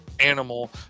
animal